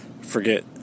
Forget